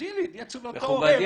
אז הילד יהיה אצל אותו הורה.